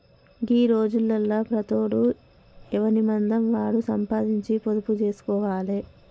గీ రోజులల్ల ప్రతోడు ఎవనిమందం వాడు సంపాదించి పొదుపు జేస్కోవాలె